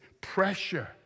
pressure